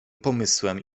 pomysłem